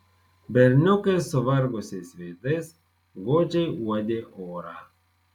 berniukai suvargusiais veidais godžiai uodė orą